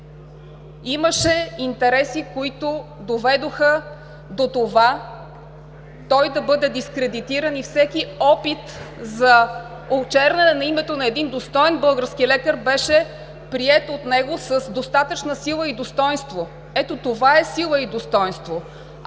имаше интереси, които доведоха до това той да бъде дискредитиран, и опитът за очерняне на името на един достоен български лекар беше приет от него с достатъчна сила и достойнство. Ето това е сила и достойнство.